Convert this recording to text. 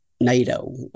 NATO